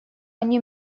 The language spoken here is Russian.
они